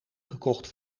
gekocht